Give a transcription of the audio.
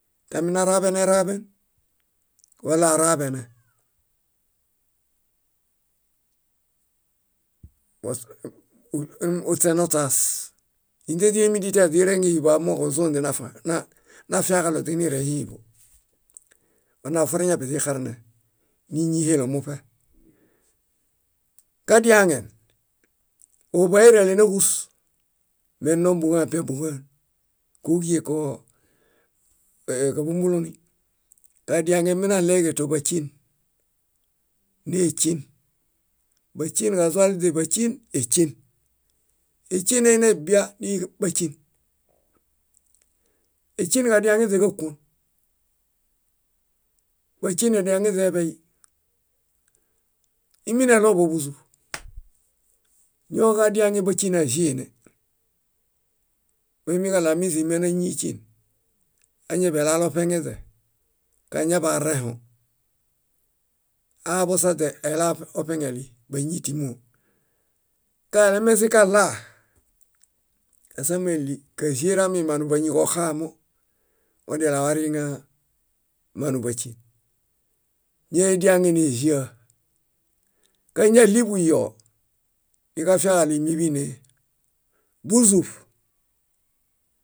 . Taminaraḃeneraḃen walaoraḃene, posk u- ośenośaas. Ínźeźemedĩ tiare źirengẽ híiḃo amooġo ózonźe nafa nafiaġaɭo źinire híiḃo. Onaforeñapi źinixarene, níñihelom muṗe. Kadiaŋe, óḃaerale náġus. Me nombuġo áan piabuġo áan. Kóġie koo káḃomboloni. Kadiaŋe menaɭeġe tóḃaśen, néśen. Báśen kazualeźe báśen, éśen. Éśen einiebia níbaśen. Éśenġadiaŋeźeġákuon, báśen ediaŋeźe eḃey: imineɭoḃo buzuṗ, ñoġadiaŋe báśenaĵeene. Moimiġaɭo aminizimen áñiiśen, añaḃailalo oṗeŋeźe. Kañaḃaorẽho, aaḃosaźe ailaoṗeñeli, báñiitimoo. Kalemezĩkaɭaa, ásambeɭi káĵeera mimaanu báñi koxaamo wadialawariiŋaa mánuḃaśen: ŋoediaŋe néĵaa. káñaɭi buyoo, niġafiaġaɭo ímieḃinee. Búzuṗ